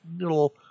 little